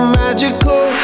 magical